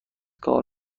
کار